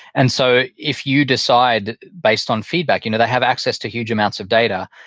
and so if you decide, based on feedback, you know they have access to huge amounts of data,